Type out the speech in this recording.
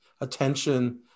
attention